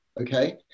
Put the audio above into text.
okay